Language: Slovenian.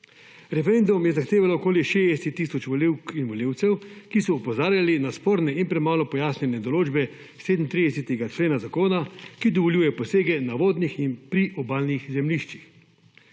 Referendum je zahtevalo okoli 60 tisoč volivk in volivcev, ki so opozarjali na sporne in premalo pojasnjene določbe 37. člena zakona, ki dovoljuje posege na vodnih in priobalnih zemljiščih.